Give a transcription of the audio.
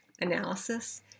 analysis